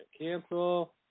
Cancel